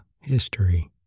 History